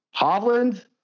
Hovland